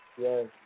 Yes